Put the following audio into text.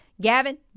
Gavin